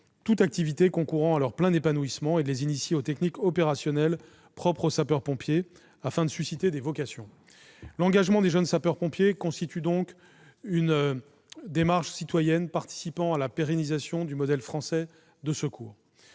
toute activité concourant à leur plein épanouissement et de les initier aux techniques opérationnelles propres aux sapeurs-pompiers, afin de susciter des vocations. L'engagement des jeunes sapeurs-pompiers constitue donc une démarche citoyenne participant à la pérennisation du modèle français des secours.